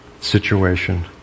situation